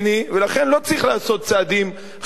ולכן לא צריך לעשות צעדים חד-צדדיים,